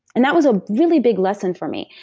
and that was a really big lesson for me.